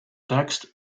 taxed